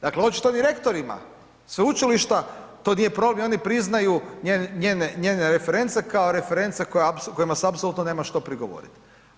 Dakle očito ni rektorima sveučilišta to nije problem i oni priznaju njene reference, kao reference kojima se apsolutno nema što prigovoriti.